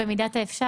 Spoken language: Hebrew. במידת האפשר,